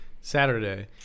saturday